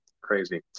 Crazy